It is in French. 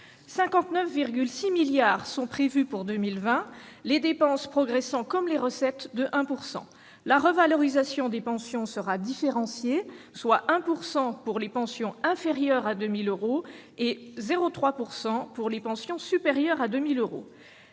59,6 milliards d'euros sont prévus pour 2020, les dépenses progressant, comme les recettes, de 1 %. La revalorisation des pensions sera différenciée, soit 1 % pour les pensions inférieures à 2 000 euros et 0,3 % pour celles qui sont supérieures à cette somme.